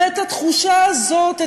ואת התחושה הזאת,